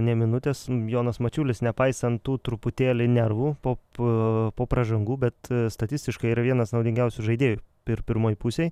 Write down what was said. nė minutės jonas mačiulis nepaisant tų truputėlį nervų pop po pražangų bet statistiškai yra vienas naudingiausių žaidėjų pir pirmoj pusėj